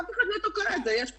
אף אחד לא תוקע את זה, יש פרוצדורות.